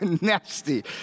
nasty